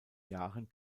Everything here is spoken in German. jahren